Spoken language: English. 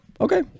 okay